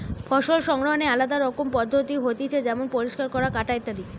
ফসল সংগ্রহনের আলদা রকমের পদ্ধতি হতিছে যেমন পরিষ্কার করা, কাটা ইত্যাদি